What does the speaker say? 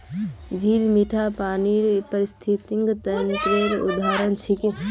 झील मीठा पानीर पारिस्थितिक तंत्रेर उदाहरण छिके